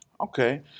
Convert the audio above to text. Okay